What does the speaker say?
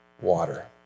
water